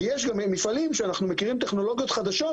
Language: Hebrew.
יש גם מפעלים שאנחנו מכירים טכנולוגיות חדשות